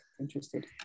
interested